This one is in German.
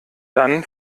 dann